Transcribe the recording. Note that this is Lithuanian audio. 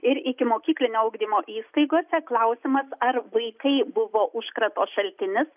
ir ikimokyklinio ugdymo įstaigose klausimas ar vaikai buvo užkrato šaltinis